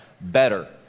better